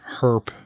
herp